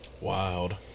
Wild